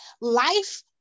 Life